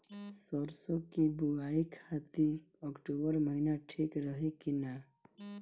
सरसों की बुवाई खाती अक्टूबर महीना ठीक रही की ना?